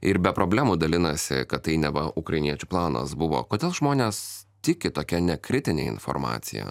ir be problemų dalinasi kad tai neva ukrainiečių planas buvo kodėl žmonės tiki tokia nekritine informacija